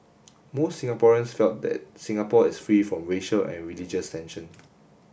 most Singaporeans felt that Singapore is free from racial and religious tension